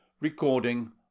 Recording